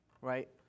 right